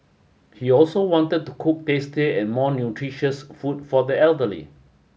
he also wanted to cook tastier and more nutritious food for the elderly